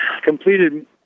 completed